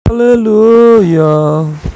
Hallelujah